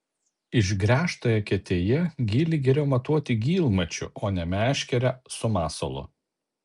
išgręžtoje eketėje gylį geriau matuoti gylmačiu o ne meškere su masalu